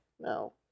no